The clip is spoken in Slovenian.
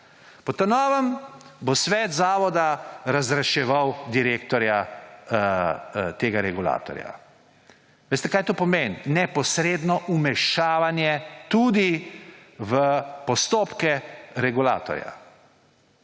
Po novem bo sveta zavoda razreševal direktorja tega regulatorja. Veste, kaj to pomeni? Neposredno vmešavanje tudi v postopke regulatorja!